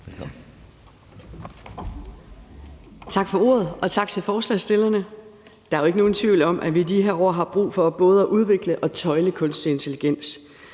Tak for ordet, og tak til forslagsstillerne. Der er jo ikke nogen tvivl om, at vi i de her år har brug for både at udvikle og tøjle kunstig intelligens.